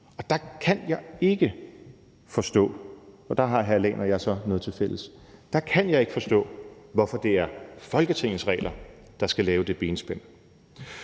og jeg så noget tilfælles, hvorfor det er Folketingets regler, der skal lave det benspænd.